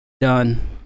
done